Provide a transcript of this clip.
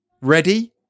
ready